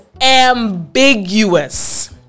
ambiguous